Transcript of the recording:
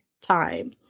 time